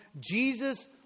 Jesus